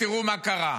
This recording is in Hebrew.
תראו מה קרה.